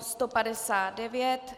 159.